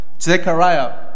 Zechariah